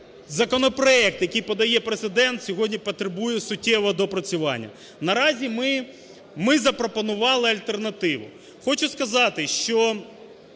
законопроект, який подає Президент, сьогодні потребує суттєвого доопрацювання. Наразі ми запропонували альтернативу. Хочу сказати, що